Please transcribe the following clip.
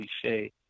cliche